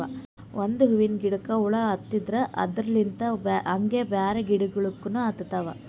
ಒಂದ್ ಹೂವಿನ ಗಿಡಕ್ ಹುಳ ಹತ್ತರ್ ಅದರಲ್ಲಿಂತ್ ಹಂಗೆ ಬ್ಯಾರೆ ಗಿಡಗೋಳಿಗ್ನು ಹತ್ಕೊತಾವ್